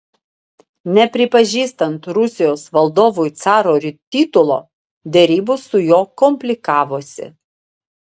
nepripažįstant rusijos valdovui caro titulo derybos su juo komplikavosi